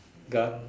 gun